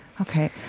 Okay